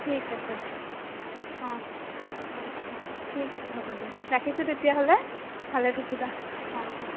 ঠিক আছে দিয়া অঁ অঁ ঠিক আছে হ'ব দিয়া ৰাখিছোঁ তেতিয়াহ'লে ভালে থাকিবা অঁ অঁ